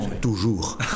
Toujours